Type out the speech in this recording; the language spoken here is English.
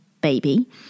baby